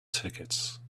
tickets